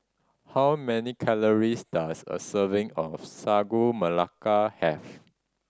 how many calories does a serving of Sagu Melaka have